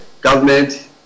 government